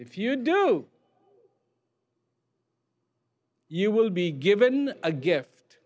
if you do you will be given a gift